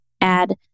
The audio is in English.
add